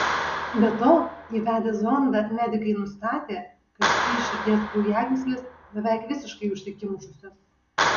be to įvedę zondą medikai nustatė kad trys širdies kraujagyslės beveik visiškai užsikimšusios